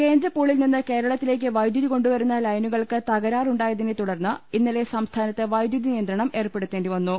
കേന്ദ്രപൂളിൽ നിന്ന് കേരളത്തിലേക്ക് വൈദ്യുതി കൊണ്ടു വരുന്ന് ലൈനുകൾക്ക് തകരാറുണ്ടായതിനെ തുടർന്ന് ഇന്നലെ സംസ്ഥാനത്ത് വൈദ്യുതി നിയന്ത്രണം ഏർപ്പെടുത്തേണ്ടി വന്നു